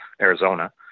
Arizona